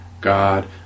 God